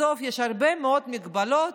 בסוף יש הרבה מאוד הגבלות